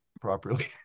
properly